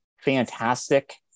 fantastic